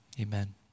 Amen